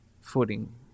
footing